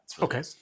Okay